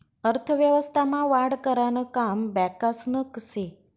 अर्थव्यवस्था मा वाढ करानं काम बॅकासनं से